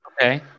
Okay